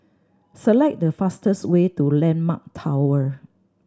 select the fastest way to Landmark Tower